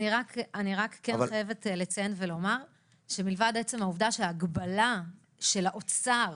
אני חייבת לציין ולומר שלבד מהעובדה שהגבלה של האוצר